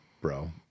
bro